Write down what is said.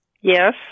Yes